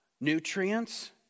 nutrients